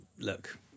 look